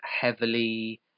heavily